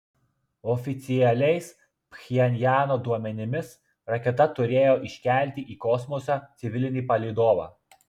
oficialiais pchenjano duomenimis raketa turėjo iškelti į kosmosą civilinį palydovą